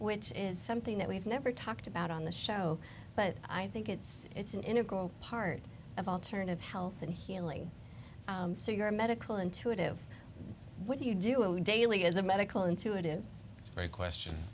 which is something that we've never talked about on the show but i think it's it's an integral part of alternative health and healing so you're a medical intuitive what do you do in daily as a medical intuitive very